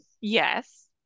Yes